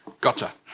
Gotcha